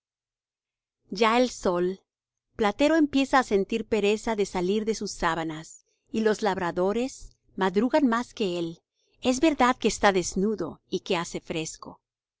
ya el sol platero empieza á sentir pereza de salir de sus sábanas y los labradores madrugan más que él es verdad que está desnudo y que hace fresco